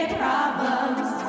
problems